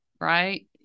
right